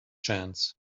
chance